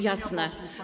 Jasne.